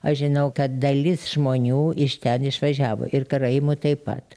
aš žinau kad dalis žmonių iš ten išvažiavo ir karaimų taip pat